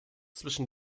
zwischen